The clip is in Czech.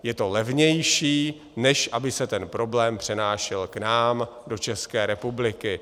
Je to levnější, než aby se ten problém přenášel k nám do České republiky.